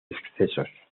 excesos